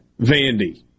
Vandy